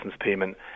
payment